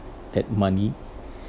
that money